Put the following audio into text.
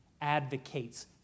advocates